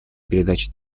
передаче